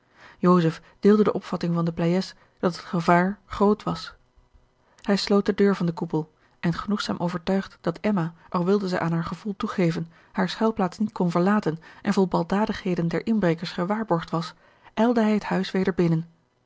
deelde de opvatting van de pleyes dat het gevaar groot was hij sloot de deur van den koepel en genoegzaam overtuigd dat emma al wilde zij aan haar gevoel toegeven hare schuilplaats niet kon verlaten en voor baldadigheden der inbrekers gewaarborgd was ijlde hij het huis weder binnen